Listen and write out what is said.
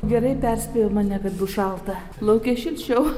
gerai perspėjo mane kad bus šalta lauke šilčiau